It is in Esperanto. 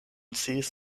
sciis